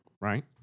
right